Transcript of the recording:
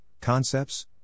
concepts